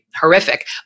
horrific